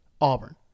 Auburn